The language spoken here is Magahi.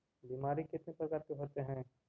बीमारी कितने प्रकार के होते हैं?